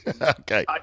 Okay